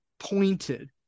Pointed